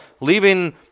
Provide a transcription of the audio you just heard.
leaving